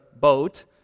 boat